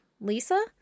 Lisa